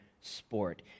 sport